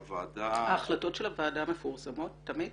ההחלטות של הוועדה מפורסמות תמיד?